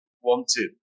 wanted